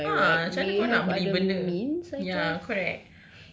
!huh! macam mana kau nak beli benda ya correct